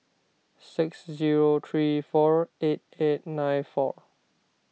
six zero three four eight eight nine four